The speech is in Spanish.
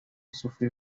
sufrir